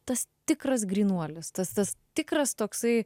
tas tikras grynuolis tas tas tikras toksai